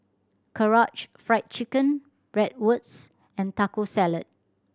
Karaage Fried Chicken Bratwurst and Taco Salad